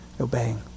obeying